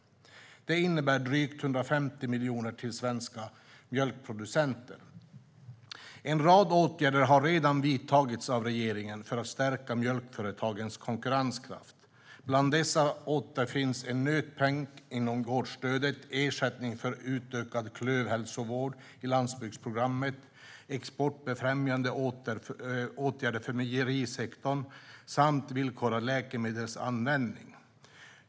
Det innebär drygt 150 miljoner till svenska mjölkproducenter. En rad åtgärder har redan vidtagits av regeringen för att stärka mjölkföretagens konkurrenskraft. Bland dessa återfinns en nötpeng inom gårdsstödet, ersättning för utökad klövhälsovård i landsbygdsprogrammet, exportfrämjande åtgärder för mejerisektorn samt villkorad läkemedelsanvändning.